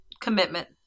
commitment